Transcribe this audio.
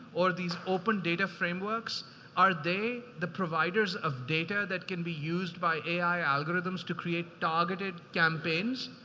or these open data frameworks are they, the providers of data that can be used by ai algorithms to create targeted campaigns